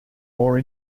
more